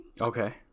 okay